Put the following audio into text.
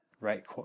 Right